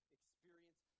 experience